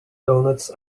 doughnuts